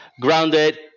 grounded